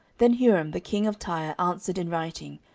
then huram the king of tyre answered in writing,